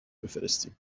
بفرستیم